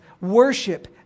worship